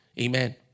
Amen